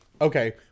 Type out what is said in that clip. Okay